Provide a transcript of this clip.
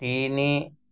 ତିନି